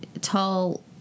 tall